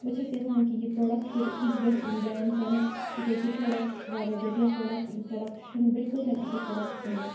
بہٕ چھَس یژھان کہِ یہِ پرٛوڈَکٹہٕ کٔرِو یہِ گژھِ یُن بین کَرنہٕ تِکیٛازِکہِ پرٛوڈَکٹہٕ چھُ واریاہ گھٹیا پرٛوڈَکٹہٕ یہِ پرٛوڈَکٹہٕ چھِنہٕ بلکل تہِ نہٕ اَصٕل پرٛوڈَکٹہٕ کِہیٖنۍ